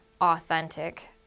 authentic